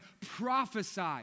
prophesy